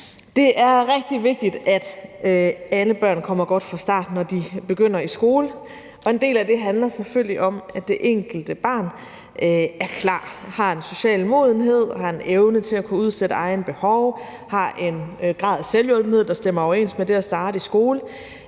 Det er rigtig vigtigt, at alle børn kommer godt fra start, når de begynder i skole. Og en del af det handler selvfølgelig om, at det enkelte barn er klar, har en social modenhed, har en evne til at kunne udsætte egne behov og har en grad af selvhjulpenhed, der stemmer overens med det at starte i skole;